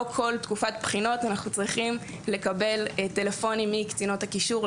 לא כל תקופת בחינות אנחנו צריכים לקבל טלפונים מקצינות הקישור,